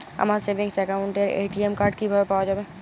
আমার সেভিংস অ্যাকাউন্টের ATM card কিভাবে পাওয়া যাবে?